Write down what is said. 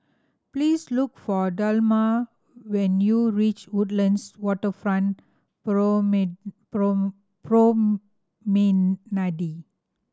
please look for Delmar when you reach Woodlands Waterfront Promenade